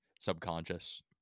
subconscious